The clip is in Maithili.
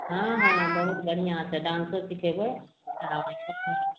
हँ हँ बहुत बढ़िआँसे डान्सो सिखेबै आओर